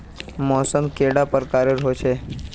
मौसम कैडा प्रकारेर होचे?